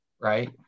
right